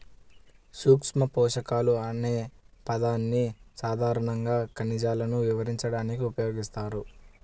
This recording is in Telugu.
సూక్ష్మపోషకాలు అనే పదాన్ని సాధారణంగా ఖనిజాలను వివరించడానికి ఉపయోగిస్తారు